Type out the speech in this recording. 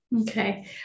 Okay